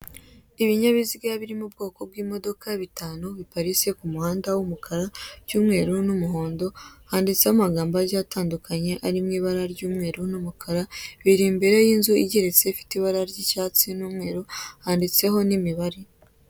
Ibinyabiziga birimo ubwoko bw'imodoka bitanu biparitse k'umuhanda w'umukara by'umweru n'umuhondo, handitseho amagambo agiye atandukanye ari mu ibara ry'umweru n'umukara biri imbere y'inzu igeretse ifite ibara ry'icyatsi n'umweru handitseho n'imibare.